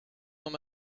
n’en